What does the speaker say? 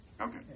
Okay